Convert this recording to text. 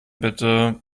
bitte